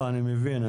לא אני מבין,